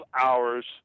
hours